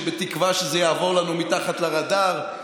בתקווה שזה יעבור לנו מתחת לרדאר,